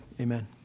amen